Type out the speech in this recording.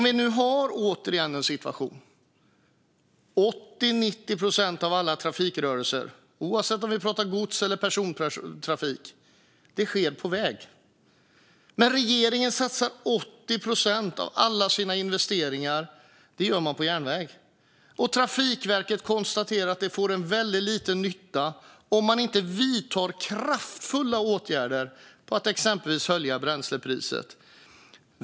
Vi har, återigen, en situation där 80-90 procent av alla trafikrörelser, oavsett om vi pratar om godstrafik eller om vi pratar om persontrafik, sker på väg. Men regeringen satsar 80 procent av alla sina investeringar på järnväg. Trafikverket konstaterar att det får en väldigt liten nytta om man inte vidtar kraftfulla åtgärder, som att exempelvis höja bränslepriset.